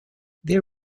their